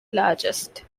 largest